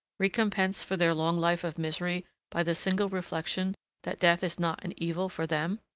recompensed for their long life of misery by the single reflection that death is not an evil for them?